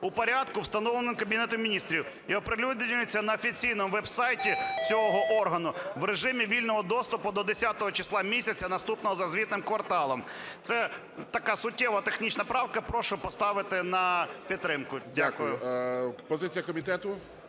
у порядку, встановленому Кабінетом Міністрів, і оприлюднюється на офіційному веб-сайті цього органу в режимі вільного доступу до 10 числа місяця наступного за звітним кварталом. Це така суттєва технічна правка, прошу поставити на підтримку. Дякую. ГОЛОВУЮЧИЙ.